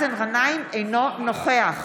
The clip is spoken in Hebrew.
אינו נוכח